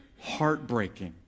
heartbreaking